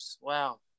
Wow